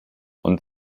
und